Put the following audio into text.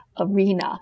arena